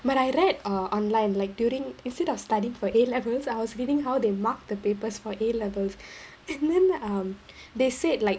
when I read err online like during instead of studying for A levels I was reading how they mark the papers for A levels and then um they said like